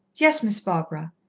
yes, miss barbara.